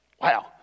Wow